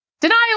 denial